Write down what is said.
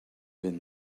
been